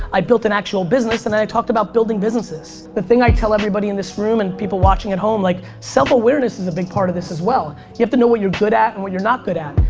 i built an actual business and then i talked about building businesses. the thing i tell everybody in this room, and people watching at home like, like, self-awareness is a big part of this as well. you have to know what you're good at and what you're not good at.